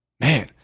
Man